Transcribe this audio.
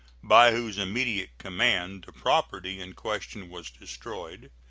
by whose immediate command the property in question was destroyed,